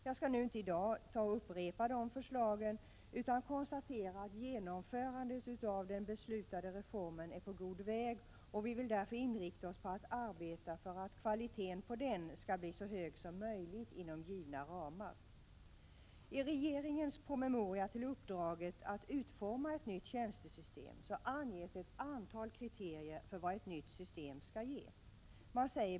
Jag skallinte i dag upprepa förslagen utan bara konstatera att genomförandet av den beslutade reformen är på god väg och att vi därför vill inrikta oss på att arbeta för att kvaliteten på den skall bli så hög som möjligt inom givna ramar. I regeringens promemoria angående uppdraget att utforma ett nytt tjänstesystem anges ett antal kriterier för vad ett nytt system skall ge.